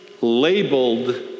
labeled